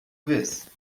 vez